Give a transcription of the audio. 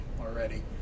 already